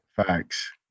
Thanks